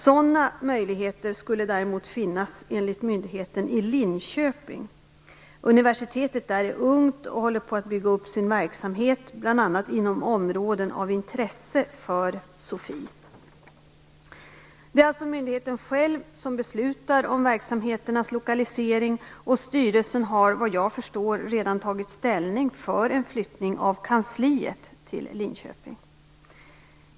Sådana möjligheter skulle enligt myndigheten däremot finnas i Linköping. Universitetet där är ungt och håller på att bygga upp sin verksamhet, bl.a. inom områden av intresse för SOFI. Det är alltså myndigheten själv som beslutar om verksamheternas lokalisering, och styrelsen har såvitt jag förstår redan tagit ställning för en flyttning av kansliet till Linköping.